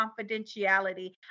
confidentiality